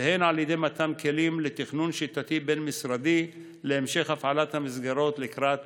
והן על ידי מתן כלים לתכנון שיטתי בין-משרדי להמשך הפעלת המסגרות לקראת